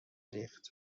ریخت